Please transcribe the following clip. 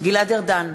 גלעד ארדן,